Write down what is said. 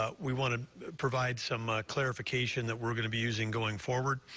ah we want to provide some clarification that we're going to be using going forward.